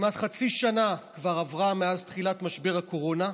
כמעט חצי שנה כבר עברה מאז תחילת משבר הקורונה,